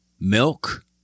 milk